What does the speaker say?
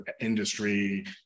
industry